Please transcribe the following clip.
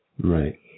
Right